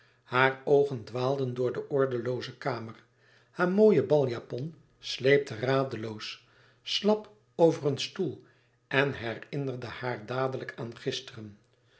hare oogen dwaalden door de ordelooze kamer haar mooie baljapon sleepte radeloos slap over een stoel en herinnerde haar dadelijk aan gisteren